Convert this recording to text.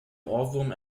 ohrwurm